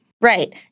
Right